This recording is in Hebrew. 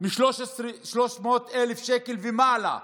של 300,000 שקל ומעלה.